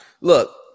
look